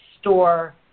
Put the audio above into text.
store